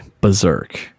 Berserk